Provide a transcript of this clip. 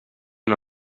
una